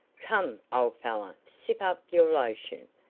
come, old fellow, sip up your lotion,